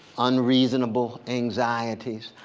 unreasonable anxieties.